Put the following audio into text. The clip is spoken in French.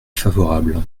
favorable